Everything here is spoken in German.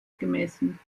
gemessen